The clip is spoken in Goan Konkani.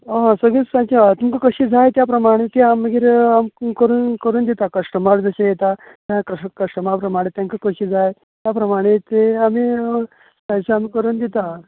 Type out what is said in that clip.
हय सगळीं तशी हा तुमका कशी जाय त्या प्रमाणे ती हांव मागीर करून करून दिता कश्टमर जशे येता त्या कश्टमरा कश्ट प्रमाणे तेंका कशी जाय त्या प्रमाणे ती आमी त्यानुसार करून दिता